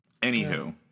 Anywho